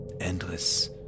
endless